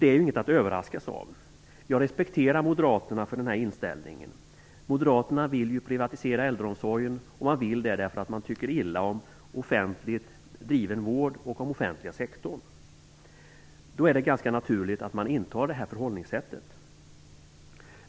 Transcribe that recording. Det är inget att bli överraskad över. Jag respekterar Moderaterna för deras inställning här. Moderaterna vill ju privatisera äldreomsorgen, därför att de tycker illa om offentligt driven vård och om den offentliga sektorn. Då är det ganska naturligt att inta nämnda förhållningssätt.